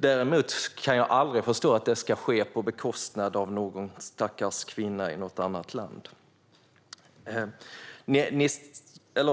Däremot kan jag aldrig förstå att det ska ske på bekostnad av någon stackars kvinna i något annat land.